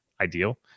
ideal